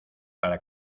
para